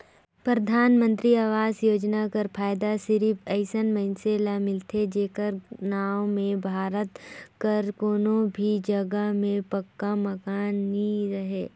परधानमंतरी आवास योजना कर फएदा सिरिप अइसन मइनसे ल मिलथे जेकर नांव में भारत कर कोनो भी जगहा में पक्का मकान नी रहें